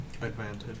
advantage